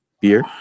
beer